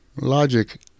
logic